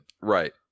Right